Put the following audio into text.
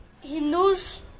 Hindus